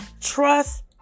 Trust